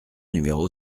numéro